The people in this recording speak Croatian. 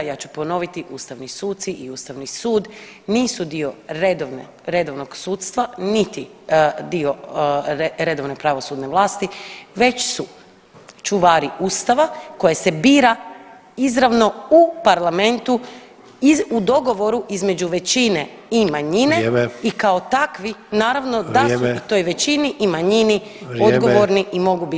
Ja ću ponoviti ustavni suci i Ustavni sud nisu dio redovnog sudstva niti dio redovne pravosudne vlasti već su čuvari Ustava koje se bira izravno u Parlamentu u dogovoru između većine i manjine [[Upadica Sanader: Vrijeme.]] i kao takvi naravno da su [[Upadica Sanader: Vrijeme.]] u toj većini i manjini odgovorni i mogu biti propitivani.